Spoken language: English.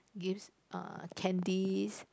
gives uh candies